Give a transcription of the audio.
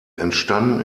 entstanden